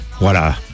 Voilà